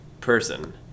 person